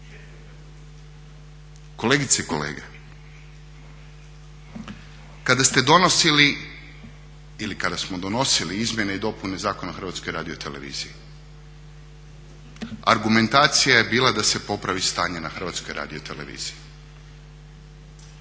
Kolegice i kolege. Kada ste donosili ili kada smo donosili Izmjene i dopune Zakona o Hrvatskoj radioteleviziji argumentacija je bila da se popravi stanje na Hrvatskoj radioteleviziji.